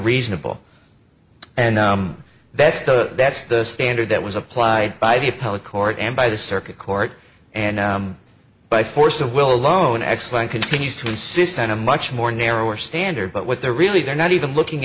reasonable and that's the that's the standard that was applied by the appellate court and by the circuit court and by force of will loan excellent continues to insist on a much more narrower standard but what they're really they're not even looking